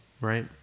right